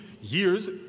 years